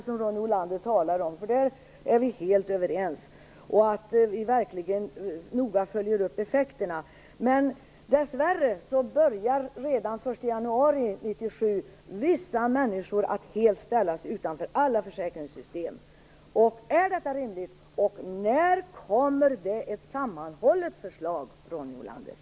Där är vi helt överens. Det handlar alltså om att vi verkligen noga följer upp effekterna. Dessvärre ställs vissa människor, med början redan den 1 januari 1997, helt ställas utanför alla försäkringssystem. Är detta rimligt? När kommer ett sammanhållet förslag, Ronny Olander?